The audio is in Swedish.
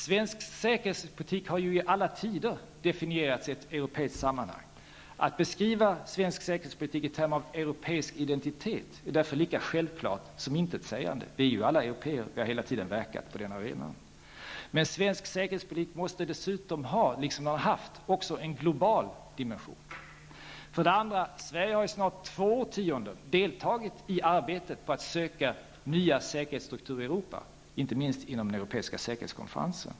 Svensk säkerhetspolitik har ju i alla tider definierats i ett europeiskt sammanhang. Att beskriva svensk säkerhetspolitik i termer av europeisk identitet är därför lika självklart som intetsägande. Vi är ju alla européer. Vi har hela tiden verkat på den arenan. Men svensk säkerhetspolitik måste dessutom ha, liksom den har haft, en global dimension. Sverige har i snart två årtionden deltagit i arbetet på att söka nya säkerhetsstrukturer i Europa, inte minst inom den europeiska säkerhetskonferensen.